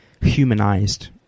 humanized